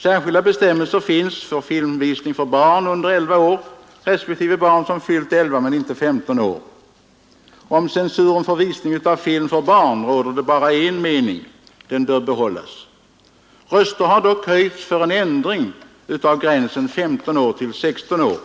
Särskilda bestämmelser finns för filmvisning för barn under 11 år, - Ce/Suren för vuxna, m.m. respektive barn som fyllt 11 men inte 15 år. Om censuren för visning av film för barn råder bara en mening — den bör behållas. Röster har dock höjts för höjning av gränsen 15 år till 16 år.